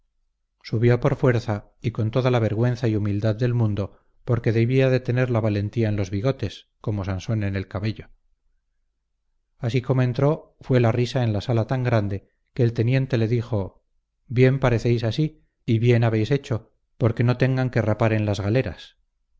subió por fuerza y con toda la vergüenza y humildad del mundo porque debía de tener la valentía en los bigotes como sansón en el cabello así como entró fue la risa en la sala tan grande que el teniente le dijo bien parecéis así y bien habéis hecho porque no tengan que rapar en las galeras